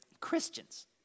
Christians